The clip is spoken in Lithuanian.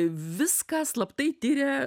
viską slaptai tiria